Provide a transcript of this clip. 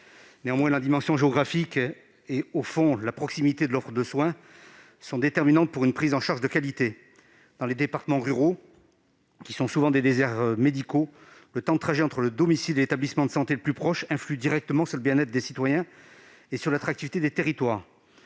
Néanmoins, la dimension géographique et, au fond, la proximité de l'offre de soins sont déterminantes pour une prise en charge de qualité. Dans les départements ruraux, qui sont souvent des déserts médicaux, le temps de trajet entre le domicile et l'établissement de santé le plus proche influe directement sur le bien-être des citoyens et l'attractivité des territoires.